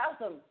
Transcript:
awesome